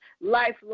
life